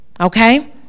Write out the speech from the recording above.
Okay